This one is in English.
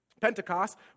Pentecost